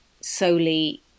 solely